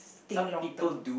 think long term